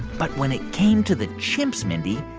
but when it came to the chimps, mindy,